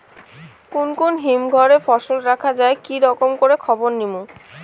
কুন কুন হিমঘর এ ফসল রাখা যায় কি রকম করে খবর নিমু?